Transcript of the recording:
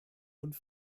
und